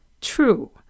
True